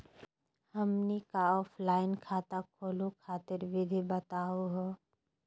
हमनी क ऑफलाइन खाता खोलहु खातिर विधि बताहु हो?